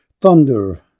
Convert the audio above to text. Thunder